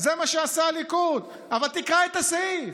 זה מה שעשה הליכוד, אבל תקרא את הסעיף.